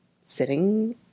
sitting